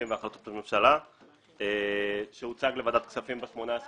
והחלטות הממשלה שהוצג לוועדת כספים ב-18